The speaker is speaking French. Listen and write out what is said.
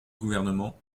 gouvernement